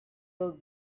will